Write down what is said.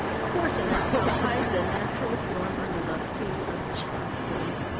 forcing us to hide the natural form under the plea of chastity.